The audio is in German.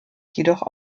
jedoch